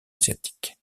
asiatique